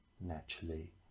Naturally